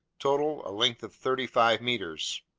total a length of thirty five meters.